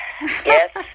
Yes